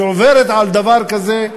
שעוברת על דבר כזה לסדר-היום?